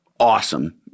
Awesome